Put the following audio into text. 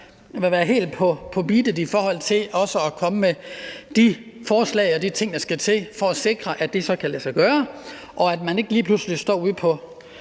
være helt med på beatet i forhold til også at komme med de forslag om de ting, der skal til, for at sikre, at det så kan lade sig gøre, så folk ikke lige pludselig er ude i